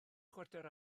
chwarter